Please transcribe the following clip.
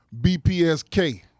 BPSK